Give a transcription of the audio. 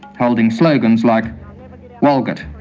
holding slogans like walgett,